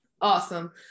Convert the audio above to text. Awesome